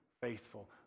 faithful